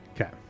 Okay